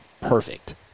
Perfect